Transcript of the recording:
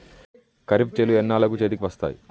ఖరీఫ్ చేలు ఎన్నాళ్ళకు చేతికి వస్తాయి?